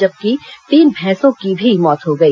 जबकि तीन भैंसों की भी मौत हो गई